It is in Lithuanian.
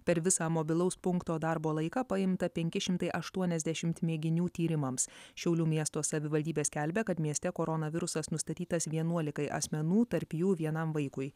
per visą mobilaus punkto darbo laiką paimta penki šimtai aštuoniasdešimt mėginių tyrimamams šiaulių miesto savivaldybė skelbia kad mieste koronavirusas nustatytas vienuolikai asmenų tarp jų vienam vaikui